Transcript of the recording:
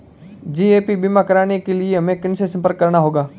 GAP बीमा कराने के लिए हमें किनसे संपर्क करना होगा?